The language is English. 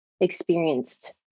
experienced